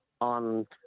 on